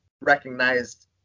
recognized